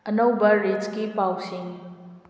ꯑꯅꯧꯕ ꯔꯤꯁꯀꯤ ꯄꯥꯎꯁꯤꯡ